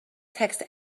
text